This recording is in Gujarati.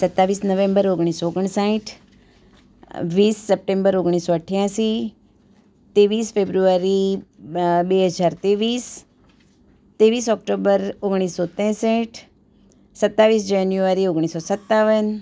સત્તાવીસ નવેમ્બર ઓગણીસસો ઓગણસાઠ વીસ સપ્ટેમ્બર ઓગણીસસો અઠ્યાસી ત્રેવીસ ફેબ્રુઆરી બે હજાર ત્રેવીસ ત્રેવીસ ઓક્ટોબર ઓગણીસસો ત્રેંસઠ સત્તાવીસ જાન્યુઆરી ઓગણીસસો સત્તાવન